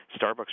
Starbucks